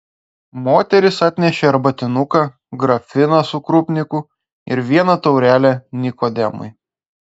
moteris atnešė arbatinuką grafiną su krupniku ir vieną taurelę nikodemui